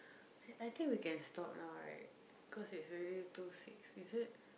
I think we can stop now right cause it's already two six is it